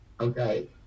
Okay